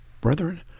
Brethren